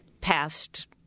passed